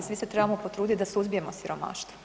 Svi se trebamo potruditi da suzbijemo siromaštvo.